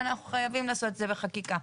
אנחנו חייבים לעשות את זה בחקיקה.